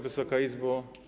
Wysoka Izbo!